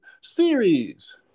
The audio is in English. series